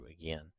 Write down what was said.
again